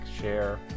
share